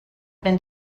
been